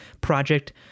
project